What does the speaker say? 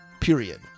period